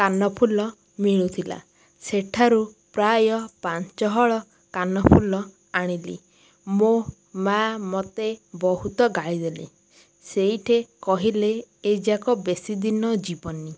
କାନଫୁଲ ମିଳୁଥିଲା ସେଠାରୁ ପ୍ରାୟ ପାଞ୍ଚହଳ କାନଫୁଲ ଆଣିଲି ମୋ ମାଆ ମୋତେ ବହୁତ ଗାଳିଦେଲେ ସେଇଠି କହିଲେ ଏଇଯାକ ବେଶୀ ଦିନ ଯିବନି